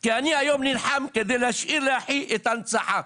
כי אני היום נלחם להשאיר לאחי את ההנצחה,